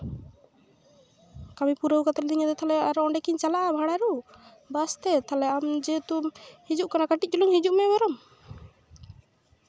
ᱠᱟᱹᱢᱤ ᱯᱩᱨᱟᱹᱣ ᱠᱟᱛᱮ ᱢᱤᱛᱤᱧ ᱠᱟᱱᱟᱭ ᱟᱨᱚ ᱚᱸᱰᱮ ᱠᱤᱧ ᱪᱟᱞᱟᱜᱼᱟ ᱵᱷᱟᱲᱟᱨᱩ ᱵᱟᱥᱛᱮ ᱛᱟᱦᱚᱞᱮ ᱟᱢ ᱡᱮᱦᱮᱛᱩ ᱦᱤᱡᱩᱜ ᱠᱟᱱᱟ ᱠᱟᱹᱴᱤᱡ ᱪᱩᱞᱩᱝ ᱦᱤᱡᱩᱜ ᱢᱮ ᱵᱚᱨᱚᱝ